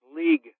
league